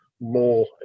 more